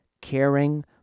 caring